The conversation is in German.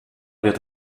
wird